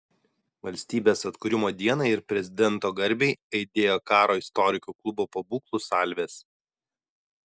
valstybės atkūrimo dienai ir prezidento garbei aidėjo karo istorikų klubo pabūklų salvės